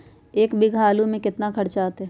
एक बीघा आलू में केतना खर्चा अतै?